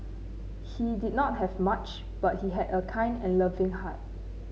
he did not have much but he had a kind and loving heart